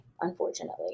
unfortunately